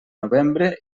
novembre